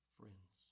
friends